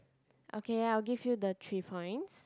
okay I'll give you the three points